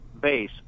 base